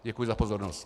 Děkuji za pozornost.